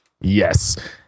Yes